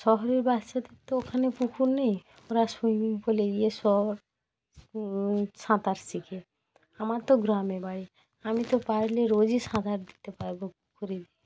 শহরের বাচ্চাদের তো ওখানে পুকুর নেই ওরা সুইমিং পুলে গিয়ে সব সাঁতার শেখে আমার তো গ্রামে বাড়ি আমি তো পারলে রোজই সাঁতার দিতে পারবো পুকুরে গিয়ে